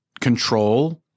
control –